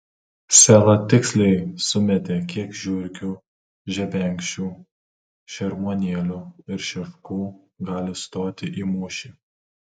sela tiksliai sumetė kiek žiurkių žebenkščių šermuonėlių ir šeškų gali stoti į mūšį